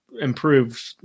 improved